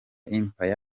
empire